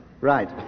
Right